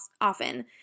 often